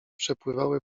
przepływały